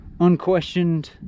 unquestioned